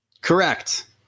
Correct